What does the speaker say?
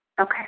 Okay